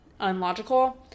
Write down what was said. unlogical